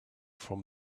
from